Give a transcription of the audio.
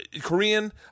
Korean